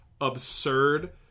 absurd